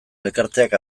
elkarteak